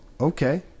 okay